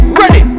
ready